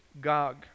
Gog